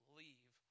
leave